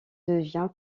devient